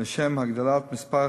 להגדלת מספר